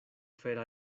fera